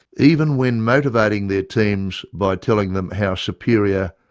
even when motivating their teams by telling them how superior,